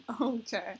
Okay